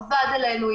עבד עלינו,